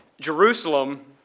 Jerusalem